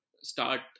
start